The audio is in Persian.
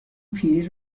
پیری